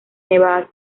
nevadas